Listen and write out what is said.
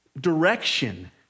direction